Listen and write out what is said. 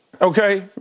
Okay